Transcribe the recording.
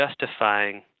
justifying